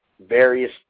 various